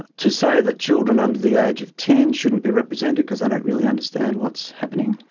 to say that children under the age of ten shouldn't be represented because they don't really understand what's happening.